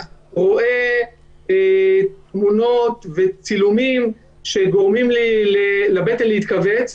רואה תמונות וצילומים שגורמים לבטני להתכווץ,